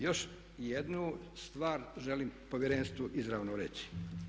Još jednu stvar želim Povjerenstvu izravno reći.